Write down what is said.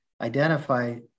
identify